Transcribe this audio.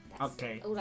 Okay